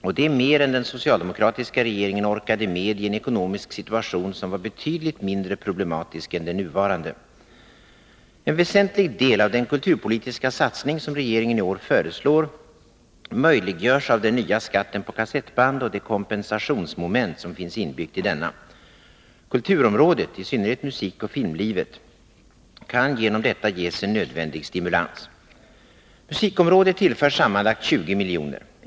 Och det är mer än den socialdemokratiska regeringen orkade med i en ekonomisk situation som var betydligt mindre problematisk än den nuvarande. En väsentlig del av den kulturpolitiska satsning som regeringen i år föreslår möjliggörs av den nya skatten på kassettband och det kompensationsmoment som finns inbyggt i denna. Kulturområdet — och i synnerhet musikoch filmlivet — kan härigenom ges en nödvändig stimulans. Musikområdet tillförs sammanlagt 20 miljoner.